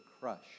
crush